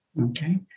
Okay